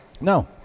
No